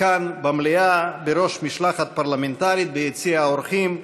כאן במליאה, בראש משלחת פרלמנטרית ביציע האורחים,